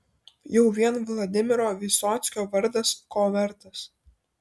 jau vien vladimiro vysockio vardas ko vertas